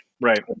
Right